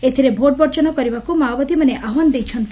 ଏଥିରେ ଭୋଟ୍ ବର୍ଜନ କରିବାକୁ ମାଓବାଦୀମାନେ ଆହ୍ବାନ ଦେଇଛନ୍ତି